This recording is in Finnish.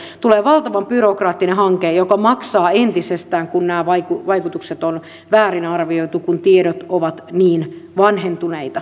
tulee valtavan byrokraattinen hanke joka maksaa entisestään kun nämä vaikutukset on väärin arvioitu kun tiedot ovat niin vanhentuneita